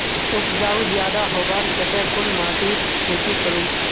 उपजाऊ ज्यादा होबार केते कुन माटित खेती करूम?